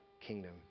kingdom